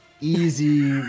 easy